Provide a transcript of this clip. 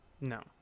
No